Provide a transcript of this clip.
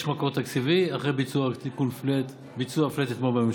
יש מקור תקציבי אחרי ביצוע פלאט אתמול בממשלה.